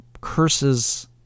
curses